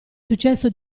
successo